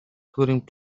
including